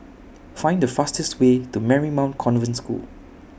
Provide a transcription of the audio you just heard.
Find The fastest Way to Marymount Convent School